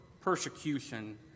persecution